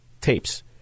tapes